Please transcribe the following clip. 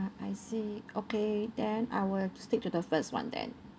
I see okay then I will stick to the first one then